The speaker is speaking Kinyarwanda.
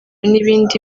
n’ibindi